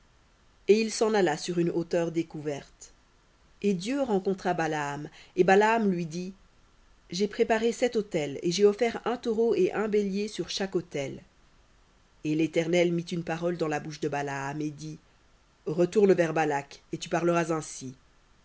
et il s'en alla sur une hauteur découverte et dieu rencontra balaam et lui dit j'ai préparé sept autels et j'ai offert un taureau et un bélier sur autel et l'éternel mit une parole dans la bouche de balaam et dit retourne vers balak et tu parleras ainsi